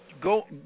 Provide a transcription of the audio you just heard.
Go